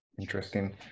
Interesting